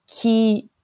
key